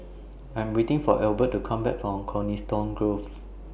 I Am waiting For Egbert to Come Back from Coniston Grove